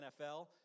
NFL